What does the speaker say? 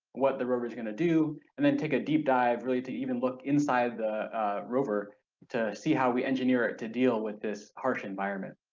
what the rover's going to do and then take a deep dive really to even look inside the rover to see how we engineer it to deal with this harsh environment.